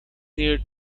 near